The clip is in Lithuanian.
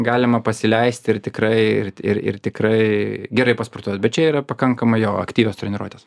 galima pasileisti ir tikrai ir ir tikrai gerai pasportuot bet čia yra pakankamai jo aktyvios treniruotės